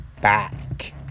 back